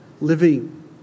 living